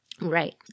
Right